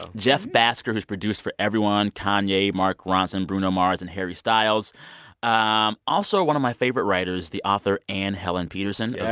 jeff bhasker, who's produced for everyone kanye, mark ronson, bruno mars and harry styles um also, one of my favorite writers, the author anne helen petersen of